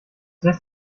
lässt